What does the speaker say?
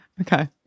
Okay